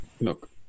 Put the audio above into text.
Look